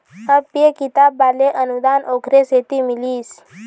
अब ये किताब वाले अनुदान ओखरे सेती मिलिस